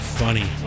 funny